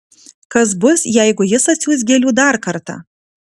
kas bus jeigu jis atsiųs gėlių dar kartą